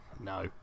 no